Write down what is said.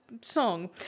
song